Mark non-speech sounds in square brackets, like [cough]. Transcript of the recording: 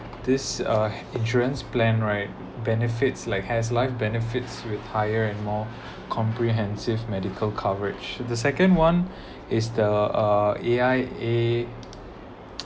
this uh [breath] insurance plan right benefits like has life benefits retire and more comprehensive medical coverage the second one is the uh A_I_A